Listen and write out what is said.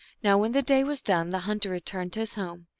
now when the day was done the hunter returned to his home,